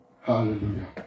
hallelujah